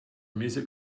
music